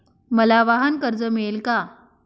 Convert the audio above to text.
मला वाहनकर्ज मिळेल का?